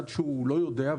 עד שהוא לא יודע,